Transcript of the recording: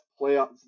playoffs